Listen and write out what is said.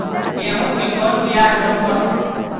गेहूं के कौन बियाह रोप हखिन?